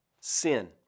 Sin